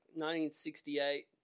1968